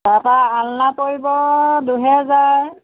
তাৰ পৰা আলনা পৰিব দুই হেজাৰ